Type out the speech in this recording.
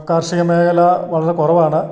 കാർഷികമേഖല വളരെ കുറവാണ്